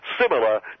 similar